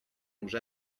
manque